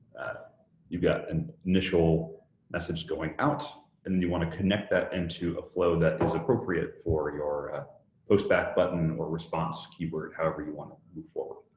you've got an initial message going out, and you want to connect that into a flow that is appropriate for your postback button or response, keyword, however you want to move forward.